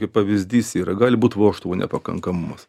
kaip pavyzdys yra gali būti vožtuvo nepakankamumas